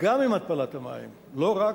גם עם התפלת המים, לא רק.